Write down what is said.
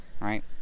Right